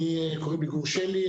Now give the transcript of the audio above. קוראים לי גור שלי,